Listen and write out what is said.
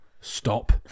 stop